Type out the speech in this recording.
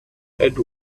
and